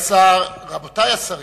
רבותי השרים,